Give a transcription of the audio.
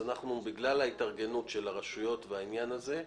בגלל ההתארגנות של הרשויות והעניין הזה,